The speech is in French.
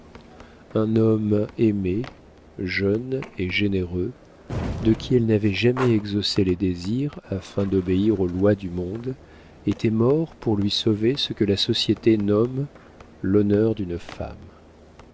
un homme aimé jeune et généreux de qui elle n'avait jamais exaucé les désirs afin d'obéir aux lois du monde était mort pour lui sauver ce que la société nomme l'honneur d'une femme